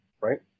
right